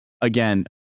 again